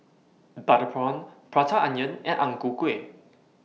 Butter Prawn Prata Onion and Ang Ku Kueh